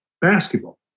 basketball